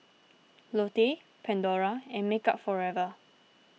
Lotte Pandora and Makeup Forever